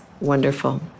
wonderful